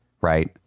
Right